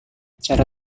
cara